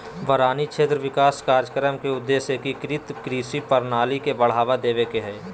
वारानी क्षेत्र विकास कार्यक्रम के उद्देश्य एकीकृत कृषि प्रणाली के बढ़ावा देवे के हई